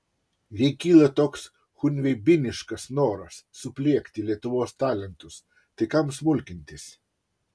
jei kyla toks chunveibiniškas noras supliekti lietuvos talentus tai kam smulkintis